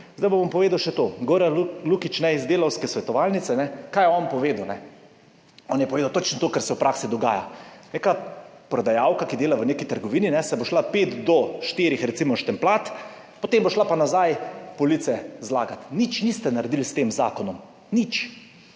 kar je povedal Goran Lukić iz Delavske svetovalnice. On je povedal točno to, kar se v praksi dogaja. Neka prodajalka, ki dela v neki trgovini, se bo šla pet do štirih recimo štempljat, potem bo šla pa nazaj police zlagat. Nič niste naredili s tem zakonom. Nič.